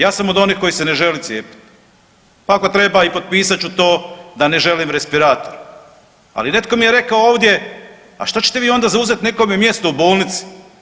Ja sam od onih koji se ne žele cijepiti, pa ako treba i potpisat ću to da ne želim respirator, ali netko mi je rekao ovdje, ali šta ćete vi onda zauzeti nekome mjesto u bolnici.